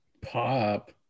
Pop